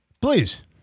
Please